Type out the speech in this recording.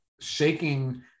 shaking